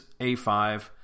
A5